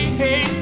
hey